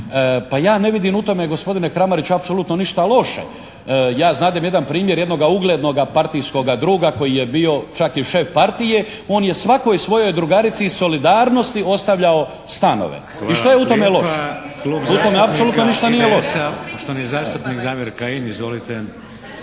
Pa ja ne vidim u tome gospodine Kramariću apsolutno ništa loše. Ja znadem jedan primjer, jednoga uglednoga partijskoga druga koji je bio čak i šef partije. On je svakoj svojoj drugarici iz solidarnosti ostavljao stanove. I što je tu loše? U tom apsolutno ništa nije loše.